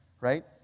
right